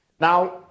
Now